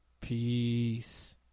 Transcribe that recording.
Peace